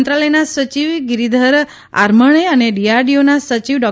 મંત્રાલયના સચિવ ગીરીધર આર્મણે અને ડીઆરડીઓના સચિવ ડો